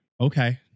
Okay